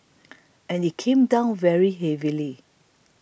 and it came down very heavily